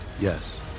Yes